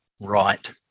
right